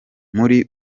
muri